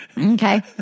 Okay